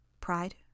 Pride